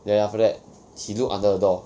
then after that he look under the door